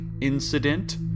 incident